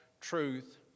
truth